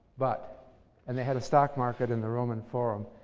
but and they had a stock market in the roman forum,